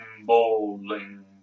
bowling